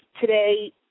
today